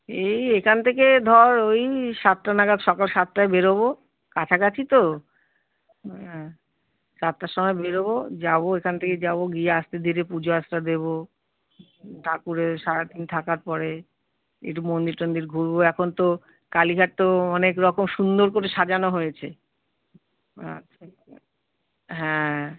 এই এখান থেকে ধর ওই সাতটা নাগাদ সকাল সাতটায় বেরোব কাছাকাছি তো হ্যাঁ সাতটার সময় বেরোব যাব এখান থেকে যাব গিয়ে আস্তে ধীরে পুজোআচ্চা দেবো ঠাকুরের সারা দিন থাকার পরে একটু মন্দির টন্দির ঘুরব এখন তো কালীঘাট তো অনেক রকম সুন্দর করে সাজানো হয়েছে আচ্ছা হ্যাঁ